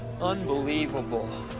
unbelievable